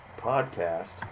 podcast